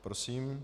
Prosím.